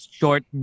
short